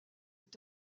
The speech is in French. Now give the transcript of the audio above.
est